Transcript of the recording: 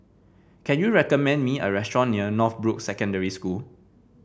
can you recommend me a restaurant near Northbrooks Secondary School